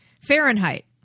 Fahrenheit